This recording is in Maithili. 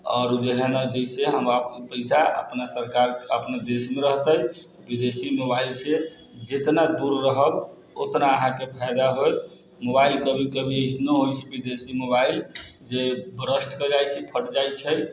आओर उ जे है ने जैसे हमरा पैसा अपना सरकार अपना देशमे रहतै विदेशी मोबाइलसँ जेतना दूर रहब ओतना अहाँके फायदा होयत मोबाइल कभी कभी अइसनो होइ छै विदेशी मोबाइल जे बस्ट कए जाइ छै फाटि जाइ छै